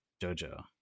JoJo